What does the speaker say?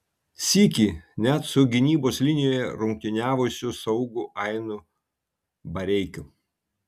sykį net su gynybos linijoje rungtyniavusiu saugu ainu bareikiu